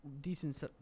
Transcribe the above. decent